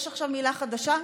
יש עכשיו מילה חדשה,